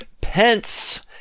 Pence